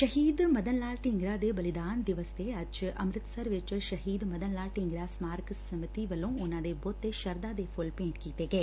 ਸ਼ਹੀਦ ਮਦਨ ਲਾਲ ਢੀਂਗਰਾ ਦੇ ਬਲੀਦਾਨ ਦਿਵਸ ਤੇ ਅੱਜ ਅੰਮ੍ਰਿਤਸਰ ਵਿਚ ਸ਼ਹੀਦ ਮਦਨ ਲਾਲ ਢੀਂਗਰਾ ਸਮਾਰਕ ਸਮਿਤੀ ਵੱਲੋ ਉਨੂਾ ਦੇ ਬੁੱਡ ਤੇ ਸ਼ਰਧਾ ਦੇ ਫੁੱਲ ਭੇਟ ਕੀਤੇ ਗਏ